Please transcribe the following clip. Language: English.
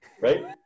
Right